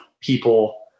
people